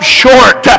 short